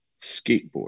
skateboard